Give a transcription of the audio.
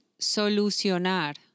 solucionar